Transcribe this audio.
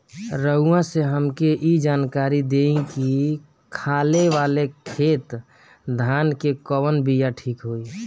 रउआ से हमके ई जानकारी देई की खाले वाले खेत धान के कवन बीया ठीक होई?